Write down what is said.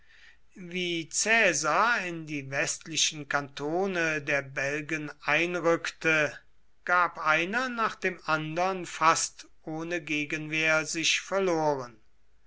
wie caesar in die westlichen kantone der belgen einrückte gab einer nach dem andern fast ohne gegenwehr sich verloren